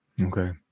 okay